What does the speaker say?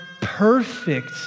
perfect